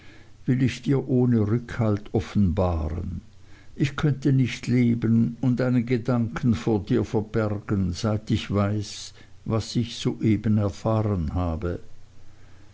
will ich dir ohne rückhalt offenbaren ich könnte nicht leben und einen gedanken vor dir verbergen seit ich weiß was ich soeben erfahren habe